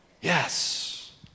yes